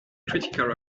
critical